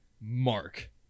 mark